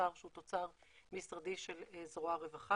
תוצר שהוא תוצר משרדי של זרוע הרווחה.